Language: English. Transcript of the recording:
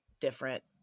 different